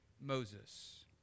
Moses